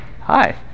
Hi